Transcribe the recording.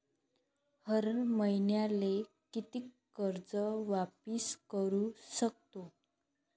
हर मईन्याले कितीक कर्ज वापिस करू सकतो?